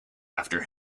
after